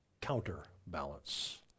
counterbalance